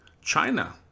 China